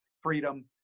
freedom